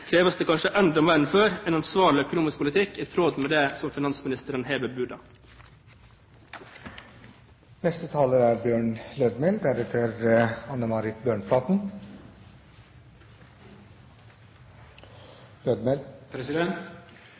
kreves det kanskje enda mer enn før en ansvarlig økonomisk politikk i tråd med det som finansministeren har bebudet. Høgre er